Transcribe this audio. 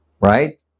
Right